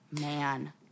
man